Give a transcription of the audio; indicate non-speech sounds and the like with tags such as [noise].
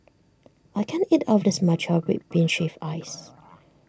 I can't eat all of this [noise] Matcha Red Bean Shaved Ice [noise]